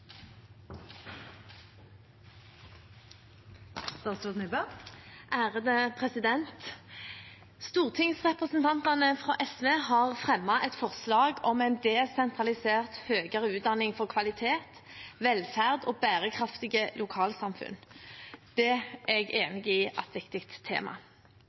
Stortingsrepresentantene fra SV har fremmet et forslag om en desentralisert høyere utdanning for kvalitet, velferd og bærekraftige lokalsamfunn. Det er jeg enig i er et viktig tema.